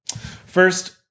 First